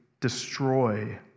destroy